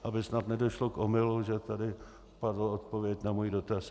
Aby snad nedošlo k omylu, že tady padla odpověď na můj dotaz.